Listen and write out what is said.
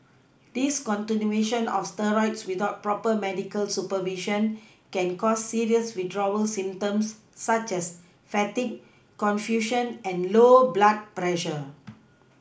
discontinuation of steroids without proper medical supervision can cause serious withdrawal symptoms such as fatigue confusion and low blood pressure